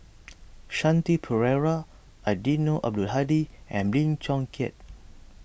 Shanti Pereira Eddino Abdul Hadi and Lim Chong Keat